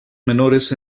menores